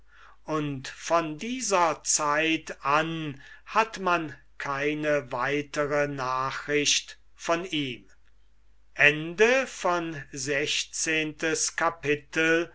und von dieser zeit an hat man keine weitere nachrichten von ihm